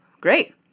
great